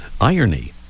irony